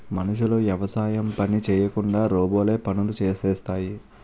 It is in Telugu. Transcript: మనుషులు యవసాయం పని చేయకుండా రోబోలే పనులు చేసేస్తాయి